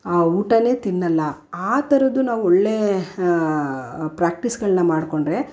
ಊಟ ತಿನ್ನೋಲ್ಲ ಆ ಥರದ್ದು ನಾವು ಒಳ್ಳೆಯ ಪ್ರ್ಯಾಕ್ಟೀಸ್ಗಳನ್ನು ಮಾಡಿಕೊಂಡ್ರೆ